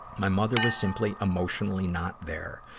my mother was simply emotionally not there.